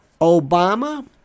Obama